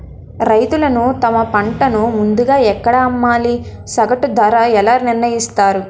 రైతులు తమ పంటను ముందుగా ఎక్కడ అమ్మాలి? సగటు ధర ఎలా నిర్ణయిస్తారు?